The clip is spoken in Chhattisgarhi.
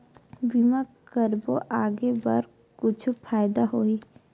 बीमा करबो आगे बर कुछु फ़ायदा होही?